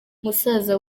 musaza